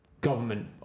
government